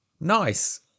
nice